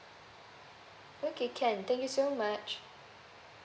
okay can thank you so much